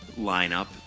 lineup